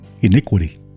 iniquity